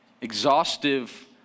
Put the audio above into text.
exhaustive